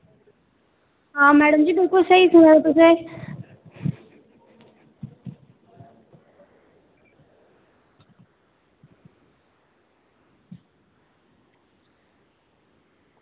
आं मैड़म जी तुस स्हेई सनाओ तुसें